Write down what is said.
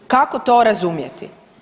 Kako to razumjeti?